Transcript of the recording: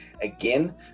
again